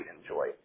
enjoy